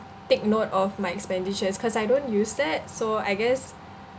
take note of my expenditures cause I don't use that so I guess